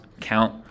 count